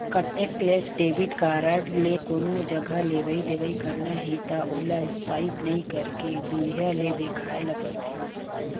contactless debit card ले कोनो जघा लेवइ देवइ करना हे त ओला स्पाइप नइ करके दुरिहा ले देखाए ल परथे